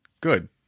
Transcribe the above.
good